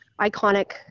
iconic